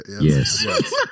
Yes